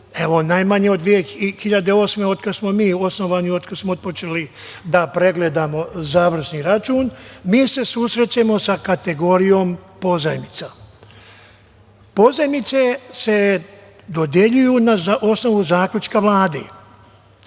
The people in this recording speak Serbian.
najmanje od 2008. godine otkad smo mi osnovani, otkad smo otpočeli da pregledamo završni račun, mi se susrećemo sa kategorijom pozajmica. Pozajmice se dodeljuju na osnovu zaključka Vlade.